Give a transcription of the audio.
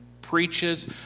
preaches